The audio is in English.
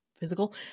physical